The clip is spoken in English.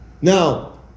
Now